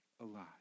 alive